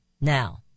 Now